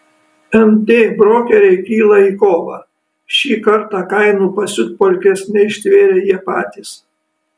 nt brokeriai kyla į kovą šį kartą kainų pasiutpolkės neištvėrė jie patys